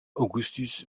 augustus